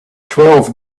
twelve